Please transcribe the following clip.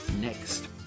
next